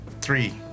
Three